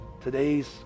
today's